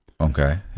Okay